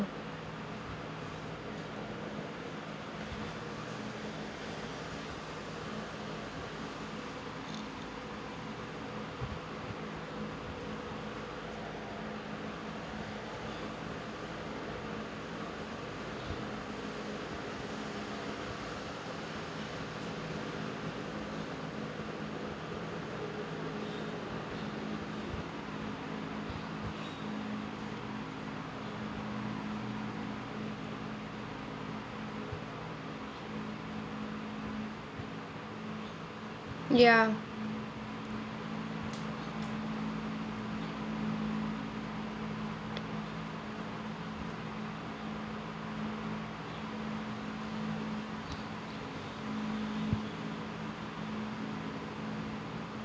ya